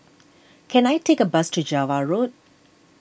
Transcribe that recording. can I take a bus to Java Road